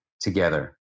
together